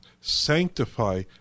sanctify